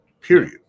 period